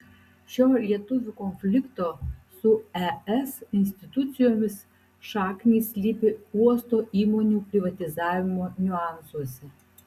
šio lietuvių konflikto su es institucijomis šaknys slypi uosto įmonių privatizavimo niuansuose